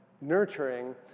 nurturing